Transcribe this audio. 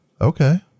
Okay